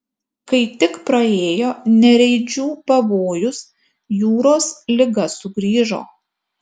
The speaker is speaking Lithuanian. kai tik praėjo nereidžių pavojus jūros liga sugrįžo